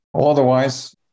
Otherwise